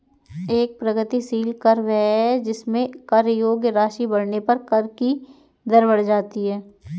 एक प्रगतिशील कर वह है जिसमें कर योग्य राशि बढ़ने पर कर की दर बढ़ जाती है